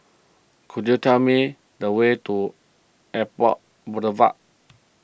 could you tell me the way to Airport Boulevard